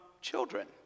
children